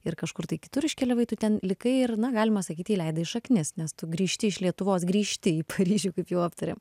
ir kažkur tai kitur iškeliavai tu ten likai ir na galima sakyti įleidai šaknis nes tu grįžti iš lietuvos grįžti į paryžių kaip jau aptarėm